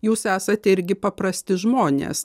jūs esate irgi paprasti žmonės